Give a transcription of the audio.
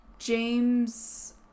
james